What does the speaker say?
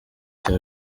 cya